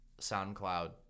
SoundCloud